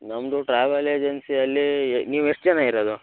ನಮ್ಮದು ಟ್ರಾವೆಲ್ ಏಜೆನ್ಸಿಯಲ್ಲಿ ಯ್ ನೀವು ಎಷ್ಟು ಜನ ಇರೋದು